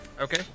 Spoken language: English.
Okay